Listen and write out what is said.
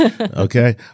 Okay